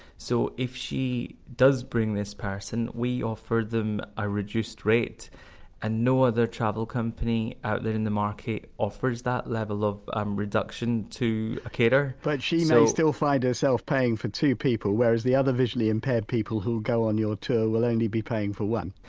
so if she does bring this person we offered them a reduced rate and no other travel company out there in the market offers that level of um reduction to a carer but she may still find herself paying for two people, whereas the other visually-impaired people who'll go on your tour will only be paying for one?